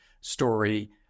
story